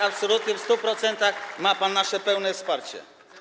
Absolutnie w 100% ma pan nasze pełne wsparcie.